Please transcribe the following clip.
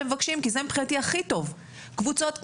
מבקשים כי זה מבחינתי הכי טוב קבוצות,